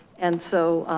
and so